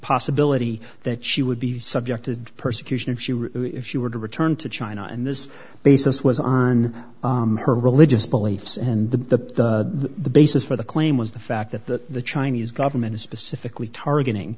possibility that she would be subjected to persecution if she were if she were to return to china and this basis was on her religious beliefs and the the basis for the claim was the fact that the chinese government is specifically targeting